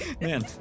Man